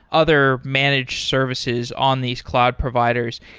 other managed services on these cloud providers.